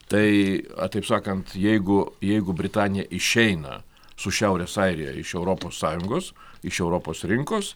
tai taip sakant jeigu jeigu britanija išeina su šiaurės airija iš europos sąjungos iš europos rinkos